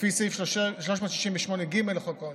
לפי סעיף 368ג לחוק העונשין.